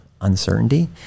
uncertainty